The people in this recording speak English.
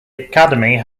academy